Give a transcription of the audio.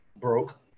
Broke